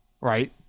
right